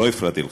לא הפרעתי לך.